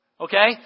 Okay